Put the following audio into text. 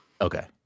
Okay